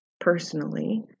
personally